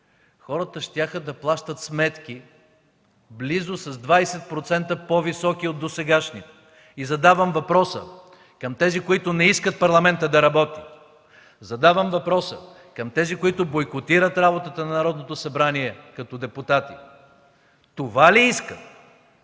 хората щяха да плащат сметки близо с 20% по високи от досегашните. И задавам въпроса към тези, които не искат Парламентът да работи, задавам въпроса към тези, които бойкотират работата на Народното събрание като депутати: това ли искат